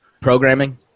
Programming